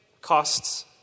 costs